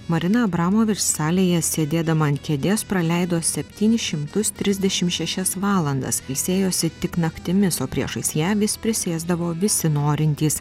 marina abramo salėje sėdėdama ant kėdės praleido septynis šimtus trisdešim šešias valandas ilsėjosi tik naktimis o priešais ją vis prisėsdavo visi norintys